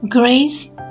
Grace